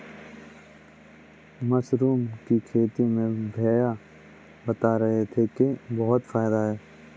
mushroom की खेती में भैया बता रहे थे कि बहुत फायदा है